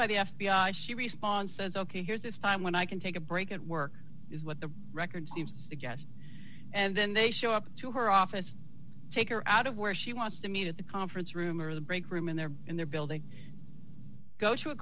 by the f b i she response says ok here's this time when i can take a break at work what the record suggests and then they show up to her office take her out of where she wants to meet at the conference room or the break room and they're in their building go to a